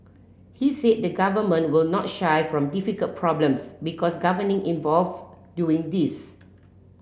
he said the government will not shy from difficult problems because governing involves doing these